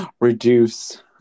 reduce